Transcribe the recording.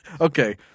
Okay